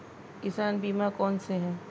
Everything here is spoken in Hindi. किसान बीमा कौनसे हैं?